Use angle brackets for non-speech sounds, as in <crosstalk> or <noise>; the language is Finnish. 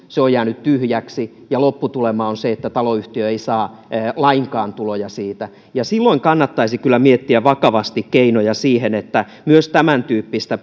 se on jäänyt tyhjäksi ja lopputulema on se että taloyhtiö ei saa lainkaan tuloja siitä silloin kannattaisi kyllä miettiä vakavasti keinoja siihen että myös tämäntyyppistä <unintelligible>